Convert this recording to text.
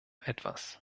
etwas